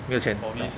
没有钱 za~